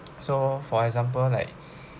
so for example like